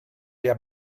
der